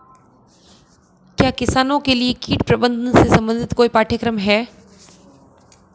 क्या किसानों के लिए कीट प्रबंधन से संबंधित कोई पाठ्यक्रम है?